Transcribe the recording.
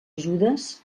ajudes